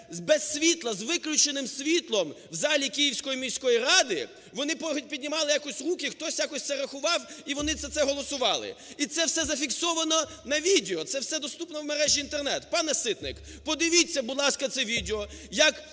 з виключеним світлом у залі Київської міської ради. Вони піднімали якось руки і хтось якось це рахував, і вони за це голосували. І це все зафіксована на відео, це все доступно у мережі Інтернет. Пане Ситник, подивіться, будь ласка, це відео, як